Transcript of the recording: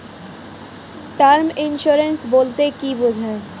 Term insurance বলতে কী বোঝায়?